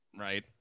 Right